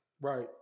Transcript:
Right